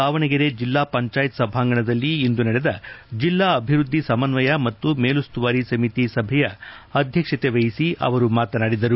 ದಾವಣಗೆರೆ ಜಿಲ್ಲಾ ಪಂಚಾಯತ್ ಸಭಾಂಗಣದಲ್ಲಿ ಇಂದು ನಡೆದ ಜಿಲ್ಲಾ ಅಭಿವೃದ್ದಿ ಸಮನ್ವಯ ಮತ್ತು ಮೇಲುಸ್ತುವಾರಿ ಸಮಿತಿ ಸಭೆಯ ಅಧ್ಯಕ್ಷತೆ ವಹಿಸಿ ಅವರು ಮಾತನಾಡಿದರು